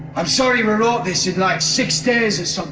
i'm sorry we wrote this in, like, six days or so